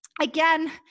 again